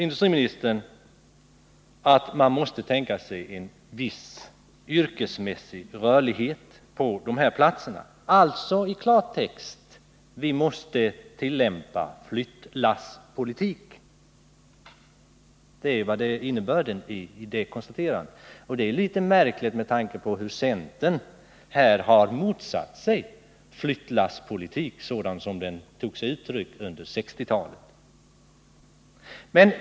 Industriministern säger att man måste kunna tänka sig en viss yrkesmässig rörlighet på de här platserna, alltså i klartext: Vi måste här tillämpa flyttlasspolitiken. Det är innebörden av hans konstaterande. Det är litet märkligt med tanke på att centern här har motsatt sig flyttlasspolitiken sådan den tog sig uttryck under 1960-talet.